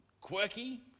quirky